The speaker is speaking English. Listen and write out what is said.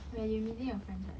eh you meeting your friends right